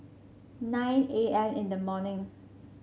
nine A M in the morning